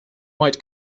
might